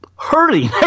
hurting